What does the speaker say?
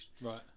right